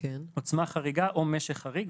עוצמה חריגה או משך חריג,